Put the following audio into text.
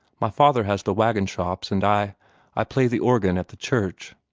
my father has the wagon-shops, and i i play the organ at the church.